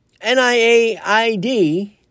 NIAID